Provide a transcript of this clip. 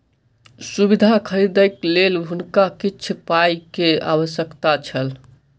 सुविधा खरीदैक लेल हुनका किछ पाई के आवश्यकता छल